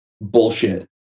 bullshit